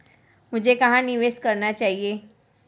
मुझे कहां निवेश करना चाहिए?